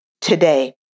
today